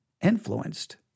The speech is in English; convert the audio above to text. influenced